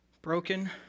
Broken